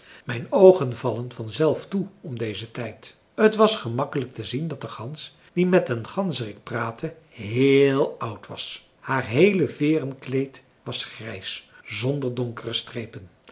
mijn oogen vallen van zelf toe om dezen tijd t was gemakkelijk te zien dat de gans die met den ganzerik praatte héél oud was haar heele veeren kleed was grijs zonder donkere strepen